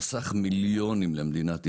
זה חסך מיליונים למדינת ישראל.